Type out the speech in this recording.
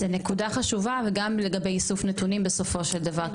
זו נקודה חשובה וגם לגבי איסוף נתונים בסופו של דבר.